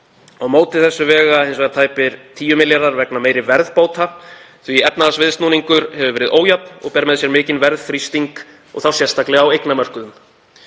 Á móti þessu vega tæpir 10 milljarðar kr. vegna meiri verðbóta því að efnahagsviðsnúningur hefur verið ójafn og ber með sér mikinn verðþrýsting, sérstaklega á eignamörkuðum.